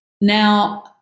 now